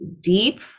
deep